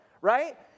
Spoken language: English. Right